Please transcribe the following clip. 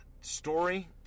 Story